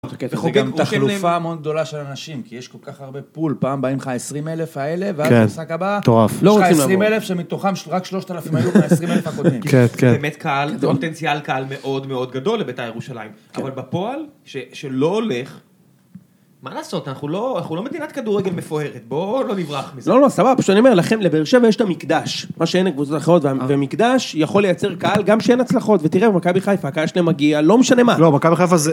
זה גם תחלופה מאוד גדולה של אנשים, כי יש כל כך הרבה פול, פעם באים לך 20 אלף האלה, ואז המשחק הבא, יש לך 20 אלף שמתוכם רק 3,000 האלו, וה20 אלף הקודמים. כי זה באמת קהל, זה פוטנציאל קהל מאוד מאוד גדול לבית״ר ירושלים. אבל בפועל כשלא הולך, מה לעשות, אנחנו לא מדינת כדורגל מפוארת, בואו לא נברח מזה. לא, לא, סבבה, פשוט אני אומר לכם, לבאר שבע יש את המקדש, מה שאין לקבוצות אחרות, והמקדש יכול לייצר קהל, גם שאין הצלחות, ותראה, במכבי חיפה, הקהל שלהם מגיע, לא משנה מה.